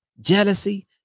Jealousy